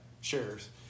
shares